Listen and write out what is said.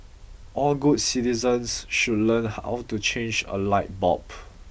all good citizens should learn how to change a light bulb